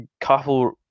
couple